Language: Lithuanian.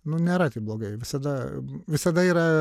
nu nėra taip blogai visada visada yra